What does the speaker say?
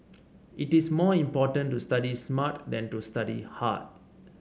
it is more important to study smart than to study hard